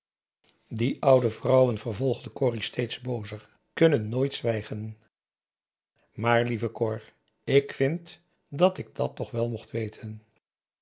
die oude vrouwen vervolgde corrie steeds boozer kunnen nooit zwijgen maar lieve cor ik vind dat ik dat toch wel mocht weten